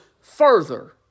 further